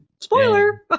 Spoiler